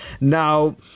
Now